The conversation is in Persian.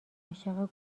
عاشق